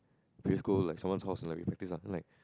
pre school like someone's house and we practise [la] and like